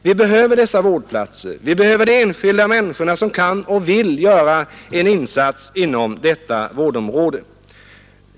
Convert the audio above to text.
Vi behöver dessa vårdplatser — vi behöver enskilda människor som kan och vill göra en insats inom detta vårdområde.